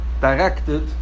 Directed